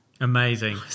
Amazing